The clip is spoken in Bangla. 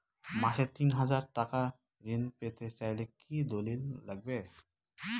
মাসে তিন হাজার টাকা ঋণ পেতে চাইলে কি দলিল লাগবে?